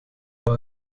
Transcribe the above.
war